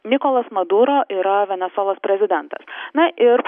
nikolas maduro yra venesuelos prezidentas na ir